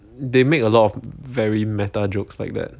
they make a lot of very meta jokes like that